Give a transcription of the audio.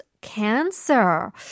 cancer